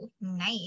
nice